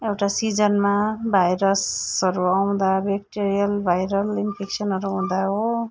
एउटा सिजनमा भइरसहरू आउँदा ब्याक्टेरियल भाइरल इन्फेक्सनहरू हुँदा हो